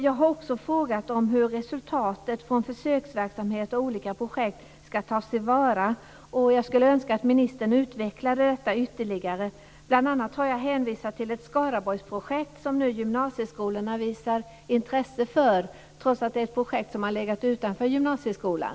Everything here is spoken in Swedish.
Jag har också frågat om hur resultatet från försöksverksamhet och olika projekt skall tas till vara och skulle önska att ministern utvecklade detta ytterligare. Bl.a. har jag hänvisat till ett Skaraborgsprojekt som gymnasieskolorna nu visar intresse för, trots att det är ett projekt som har legat utanför gymnasieskolan.